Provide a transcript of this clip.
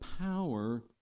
power